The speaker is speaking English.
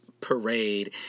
Parade